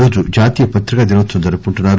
ఈ రోజు జాతీయ పత్రికా దినోత్సవం జరుపుకుంటున్నారు